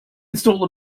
install